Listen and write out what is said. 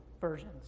versions